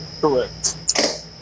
Correct